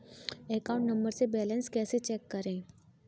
Account number से balance कैसे check करें?